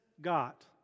got